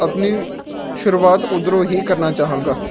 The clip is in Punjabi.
ਆਪਣੀ ਸ਼ੁਰੂਆਤ ਉੱਧਰੋਂ ਹੀ ਕਰਨਾ ਚਾਹਾਂਗਾ